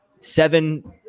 Seven